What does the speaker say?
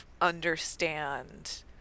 understand